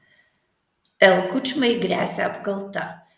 l kučmai gresia apkalta